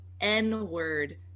n-word